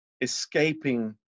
escaping